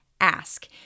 Ask